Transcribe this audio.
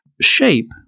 Shape